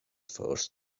first